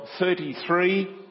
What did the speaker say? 33